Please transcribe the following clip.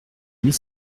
mille